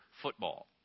football